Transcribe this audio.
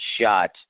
shot